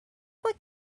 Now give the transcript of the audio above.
what